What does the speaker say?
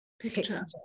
picture